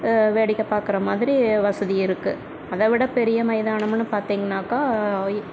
வேடிக்கை பார்க்குற மாதிரி வசதி இருக்குது அதை விட பெரிய மைதானம்னு பார்த்தீங்கன்னாக்கா